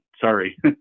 sorry